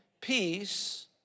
peace